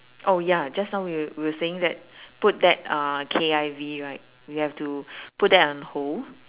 oh ya just now we we were saying that put that uh K_I_V right we have to put that on hold